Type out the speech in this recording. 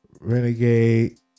Renegade